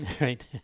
Right